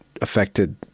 affected